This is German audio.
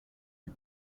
die